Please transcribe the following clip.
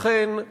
אכן,